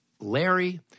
Larry